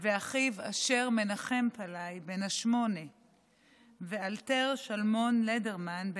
ואחיו אשר מנחם פאלי בן השמונה ואלתר שלמה לדרמן,